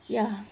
ya